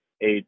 eight